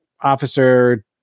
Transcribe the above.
officer